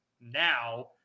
now